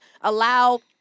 allow